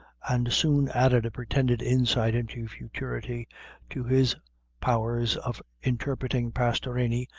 and soon added a pretended insight into futurity to his powers of interpreting pastorini,